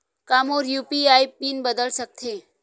का मोर UPI PIN बदल सकथे?